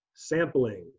Sampling